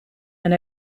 and